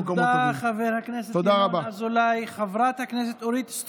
תודה על הסעיפים שאני חושב שהם נכונים לאותו